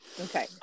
Okay